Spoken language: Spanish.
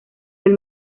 del